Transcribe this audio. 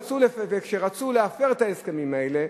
וכשרצו להפר את ההסכמים האלה,